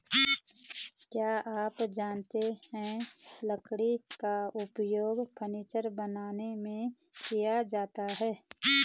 क्या आप जानते है लकड़ी का उपयोग फर्नीचर बनाने में किया जाता है?